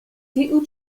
tiu